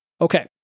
Okay